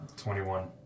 21